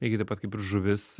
lygiai taip pat kaip ir žuvis